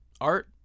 art